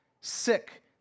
sick